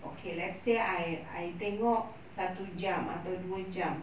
okay let's say I I tengok satu jam atau dua jam